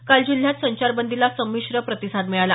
काल जिल्ह्यात संचारबंदीला संमिश्र प्रतिसाद मिळाला